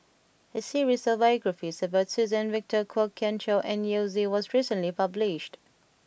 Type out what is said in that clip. a series of biographies about Suzann Victor Kwok Kian Chow and Yao Zi was recently published